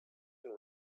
and